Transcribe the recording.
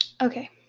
Okay